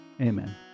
Amen